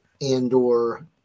andor